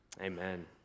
Amen